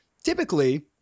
typically